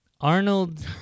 Arnold